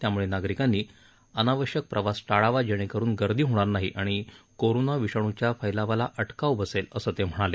त्यामुळे नागरिकांनी अनावश्यक प्रवास टाळावा जेणेकरुन गर्दी होणार नाही आणि कोरोना विषाणूच्या फैलावाला अटकाव बसेल असं ते म्हणाले